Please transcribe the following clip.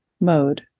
mode